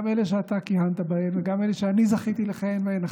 גם אלה שאתה כיהנת בהן וגם אלה שאני זכיתי לכהן בהן,